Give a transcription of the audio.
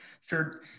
Sure